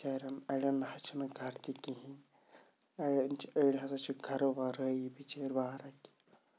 بِچارٮ۪ن اَڑٮ۪ن حظ چھِنہٕ گَرٕ تہِ کِہینۍ اَڑٮ۪ن چھِ أڑۍ ہسا چھِ گَرٕ وَرٲے بِچٲرۍ وارَے